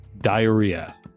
diarrhea